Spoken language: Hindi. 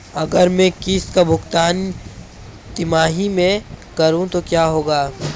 अगर मैं किश्त का भुगतान तिमाही में करूं तो क्या होगा?